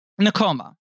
Nakoma